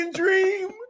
dream